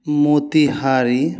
Motihari